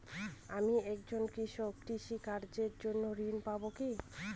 আমি একজন কৃষক কৃষি কার্যের জন্য ঋণ পাব কি?